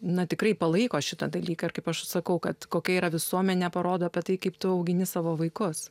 na tikrai palaiko šitą dalyką ir kaip aš sakau kad kokia yra visuomenė parodo apie tai kaip tu augini savo vaikus